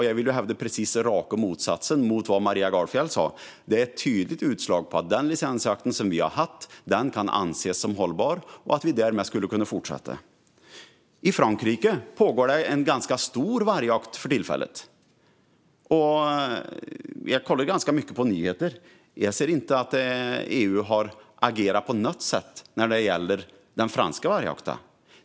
Jag vill hävda precis raka motsatsen mot vad Maria Gardfjell sa: Den är ett tydligt utslag på att den licensjakt vi har haft kan anses som hållbar och att den därmed skulle kunna fortsätta. I Frankrike pågår en ganska stor vargjakt för tillfället. Jag kollar ganska mycket på nyheter, och jag ser inte att EU har agerat på något sätt när det gäller den franska vargjakten.